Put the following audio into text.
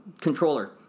controller